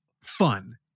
fun